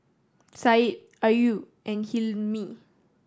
Syed Ayu and Hilmi